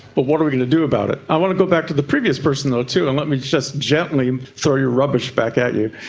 but what are we going to do about it? i want to go back to the previous person though too and let me just gently throw your rubbish back at you.